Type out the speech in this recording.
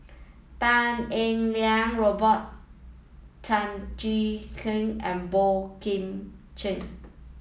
Tan Eng Liang Robert Tan Jee Keng and Boey Kim Cheng